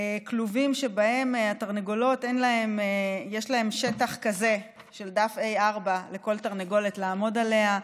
כלובים שבהם לתרנגולות יש שטח של דף A4 לכל תרנגולת לעמוד עליו,